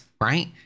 right